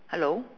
hello